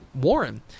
Warren